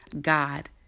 god